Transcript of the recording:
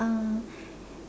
uh